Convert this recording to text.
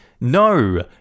No